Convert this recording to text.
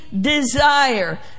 desire